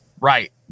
Right